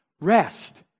Rest